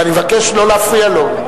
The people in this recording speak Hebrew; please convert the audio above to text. ואני מבקש לא להפריע לו,